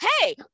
hey